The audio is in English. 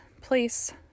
place